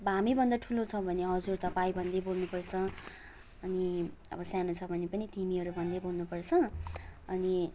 अब हामीभन्दा ठुलो छ भने हजुर तपाईँ भन्दै बोल्नुपर्छ अनि अब सानो छ भने पनि तिमीहरू भन्दै बोल्नुपर्छ अनि